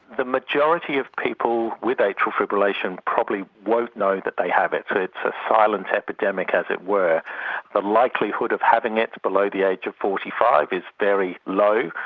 the majority of people with atrial fibrillation probably won't know that they have it, so it's a silent epidemic, as it were. the likelihood of having it below the age of forty five is very low,